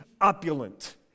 opulent